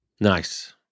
Nice